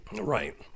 Right